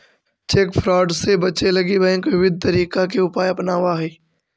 cheque fraud से बचे लगी बैंक विविध तरीका के उपाय अपनावऽ हइ